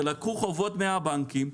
ולקחו הלוואות מהבנקים,